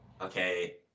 Okay